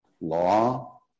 law